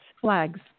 flags